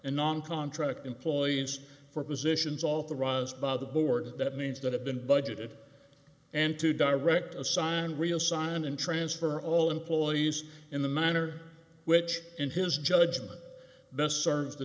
and non contract employees for positions authorized by the board that means that have been budgeted and to direct assign reassign and transfer all employees in the manner which in his judgment best cern's the